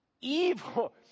evil